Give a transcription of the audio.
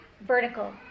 vertical